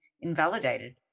invalidated